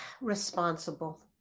responsible